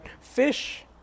fish